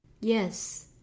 Yes